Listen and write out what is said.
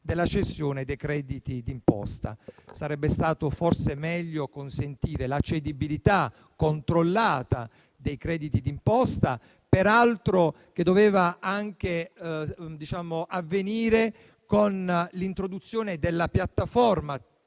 della cessione dei crediti d'imposta. Forse sarebbe stato meglio consentire la cedibilità controllata dei crediti d'imposta, che peraltro doveva anche avvenire con l'introduzione della piattaforma